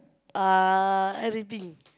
uh anything